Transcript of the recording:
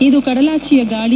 ಇದು ಕಡಲಾಚೆಯ ಗಾಳಿ